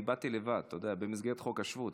אני באתי לבד, אתה יודע, במסגרת חוק השבות.